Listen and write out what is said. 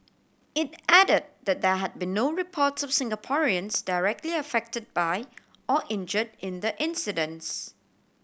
it added that there had been no reports of Singaporeans directly affected by or injure in the incidents